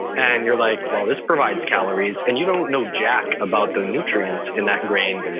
and you're like, well, this provides calories. and you don't know jack about the nutrients in that grain.